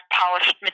polished